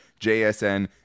JSN